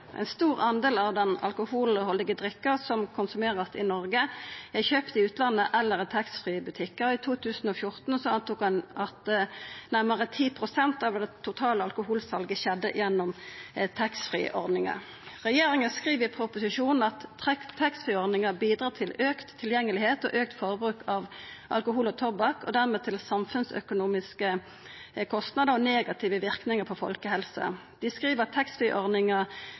Ein stor del av den alkoholhaldige drikka som vert konsumert i Noreg, er kjøpt i utlandet eller i taxfree-butikkar. I 2014 rekna ein med at nærmare 10 pst. av det totale alkoholsalet skjedde gjennom taxfree-ordninga. Regjeringa skriv i proposisjonen: «Tax free-ordningen bidrar til økt tilgjengelighet og økt forbruk av alkohol og tobakk, og dermed til samfunnsøkonomiske kostnader og negative virkninger på folkehelsen». Ho skriv